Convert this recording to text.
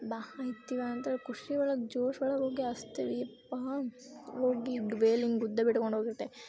ಅಂತೇಳಿ ಖುಷಿಯೊಳಗೆ ಜೋಶೊಳಗೆ ಹೋಗಿ ಹಚ್ತೀವಿ ಯಪ್ಪಾ ಹೋಗಿ ವೇಲ್ ಹಿಂಗ್ ಉದ್ದ ಬಿಟ್ಕೊಂಡು ಹೋಗಿರ್ತೆ